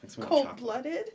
Cold-blooded